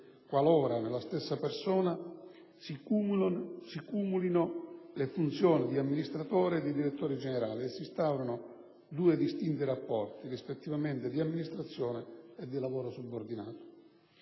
qualora nella stessa persona si cumulino le funzioni di amministratore e di direttore generale, si instaurano due distinti rapporti, rispettivamente di amministrazione e di lavoro subordinato.